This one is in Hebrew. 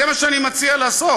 זה מה שאני מציע לעשות.